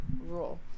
rule